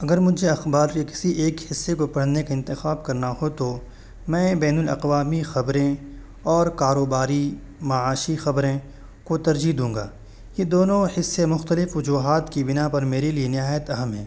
اگر مجھے اخبار یا کسی ایک حصے کو پڑھنے کا انتخاب کرنا ہو تو میں بین الاقوامی خبریں اور کاروباری معاشی خبریں کو ترجیح دوں گا یہ دونوں حصے مختلف وجوہات کی بنا پر میرے لیے نہایت اہم ہیں